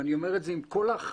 ואני אומר את זה עם כל האחריות,